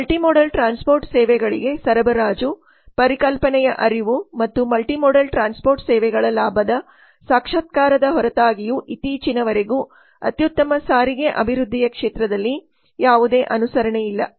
multimodal transport ಸೇವೆಗಳಿಗೆ ಸರಬರಾಜು ಪರಿಕಲ್ಪನೆಯ ಅರಿವು ಮತ್ತು ಮಲ್ಟಿಮೋಡಲ್ ಟ್ರಾನ್ಸ್ಪೋರ್ಟ್ ಸೇವೆಗಳ ಲಾಭದ ಸಾಕ್ಷಾತ್ಕಾರದ ಹೊರತಾಗಿಯೂ ಇತ್ತೀಚಿನವರೆಗೂ ಅತ್ಯುತ್ತಮ ಸಾರಿಗೆ ಅಭಿವೃದ್ಧಿಯ ಕ್ಷೇತ್ರದಲ್ಲಿ ಯಾವುದೇ ಅನುಸರಣೆಯಿಲ್ಲ